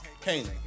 Kane